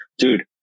Dude